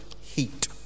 heat